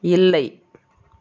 இல்லை